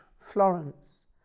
Florence